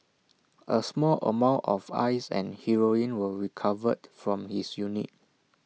A small amount of ice and heroin were recovered from his unit